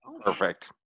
Perfect